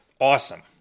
awesome